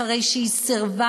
אחרי שהיא סירבה,